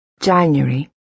January